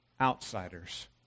outsiders